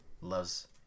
loves